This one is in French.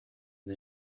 des